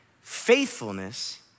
faithfulness